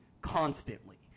constantly